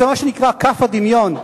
זה מה שנקרא כ"ף הדמיון,